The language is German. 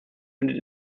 findet